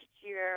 year